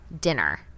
Dinner